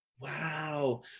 Wow